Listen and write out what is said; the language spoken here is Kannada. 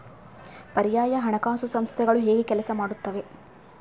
ಪರ್ಯಾಯ ಹಣಕಾಸು ಸಂಸ್ಥೆಗಳು ಹೇಗೆ ಕೆಲಸ ಮಾಡುತ್ತವೆ?